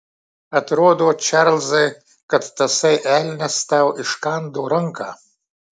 atrodo čarlzai kad tasai elnias tau iškando ranką